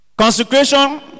Consecration